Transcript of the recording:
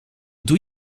doe